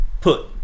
put